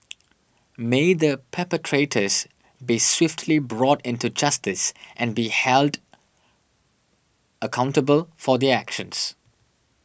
may the perpetrators be swiftly brought into justice and be held accountable for their actions